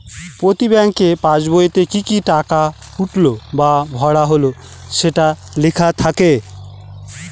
প্রতি ব্যাঙ্কের পাসবইতে কি কি টাকা উঠলো বা ভরা হল সেটা লেখা থাকে